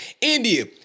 India